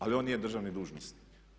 Ali on nije državni dužnosnik.